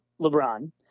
LeBron